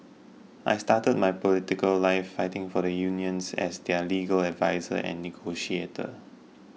I started my political life fighting for the unions as their legal adviser and negotiator